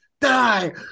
Die